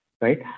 Right